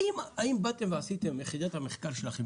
האם באתם ועשיתם - יחידת המחקר שלכם,